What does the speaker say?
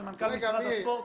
של מנכ"ל משרד הספורט.